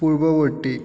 পূৰ্ৱৱৰ্তী